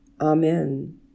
Amen